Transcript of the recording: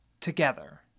together